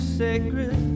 sacred